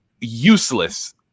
useless